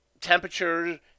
temperature